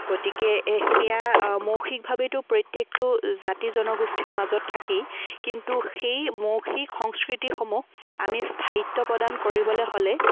গতিকে সেয়া মৌখিকভাৱেতো প্ৰত্যেকটো জাতি জনগোষ্ঠীৰ মাজত থাকেই কিন্তু সেই মৌখিক সংস্কৃতিসমূহ আমি স্থায়িত্ব প্ৰদান কৰিবলৈ হ'লে